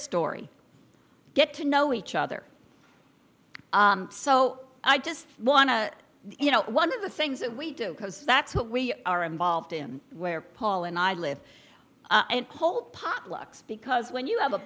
story get to know each other so i just want to you know one of the things that we do because that's what we are involved in where paul and i live and call potlucks because when you have a